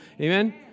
Amen